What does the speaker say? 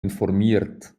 informiert